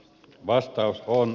vastaus on